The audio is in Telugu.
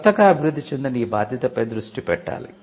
కొత్తగా అభివృద్ధి చెందిన ఈ బాధ్యతపై దృష్టి పెట్టాలి